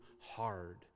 hard